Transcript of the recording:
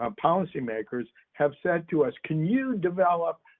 um policy-makers, have said to us, can you develop